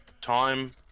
time